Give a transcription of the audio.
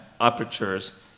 apertures